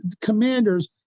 commanders